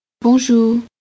Bonjour